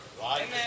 Amen